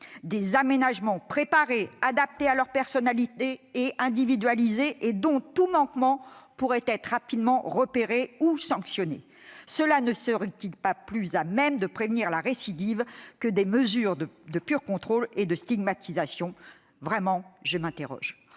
d'aménagements préparés, adaptés à leur personnalité et individualisés, sachant que tout manquement pourrait être rapidement repéré ou sanctionné. De tels aménagements ne seraient-ils pas plus à même de prévenir la récidive que des mesures de pur contrôle et de stigmatisation ? Je m'interroge.